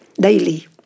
daily